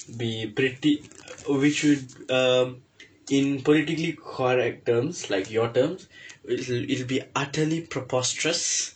be pretty we should um in politically correct terms like your terms it'll it'll be utterly preposterous